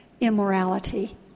immorality